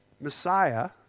Messiah